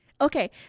okay